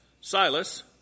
Silas